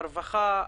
הרווחה,